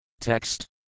Text